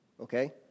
Okay